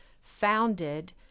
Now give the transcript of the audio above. founded